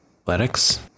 athletics